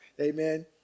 amen